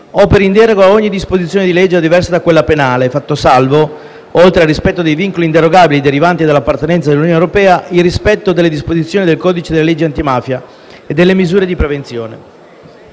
- operi in deroga ad ogni disposizione di legge diversa da quella penale, fatto salvo, oltre al rispetto dei vincoli inderogabili derivanti dall’appartenenza all’Unione europea, il rispetto delle disposizioni del codice delle leggi antimafia e delle misure di prevenzione.